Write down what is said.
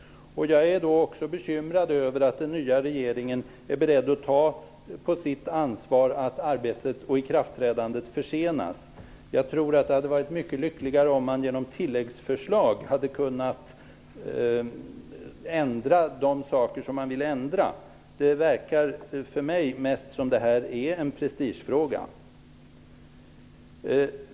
Jag är också bekymrad över att den nya regeringen är beredd att ta på sitt ansvar att arbetet och ikraftträdandet försenas. Jag tror att det hade varit mycket lyckligare om man genom tilläggsförslag hade kunnat ändra de saker som man vill ändra. Det verkar för mig mest som om det här är en prestigefråga.